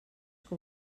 que